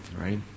right